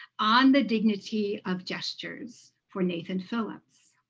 on the dignity of gestures for nathan phillips.